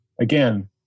Again